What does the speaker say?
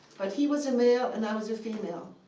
but he was a male and i was a female.